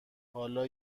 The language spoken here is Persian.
حالا